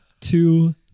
two